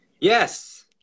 Yes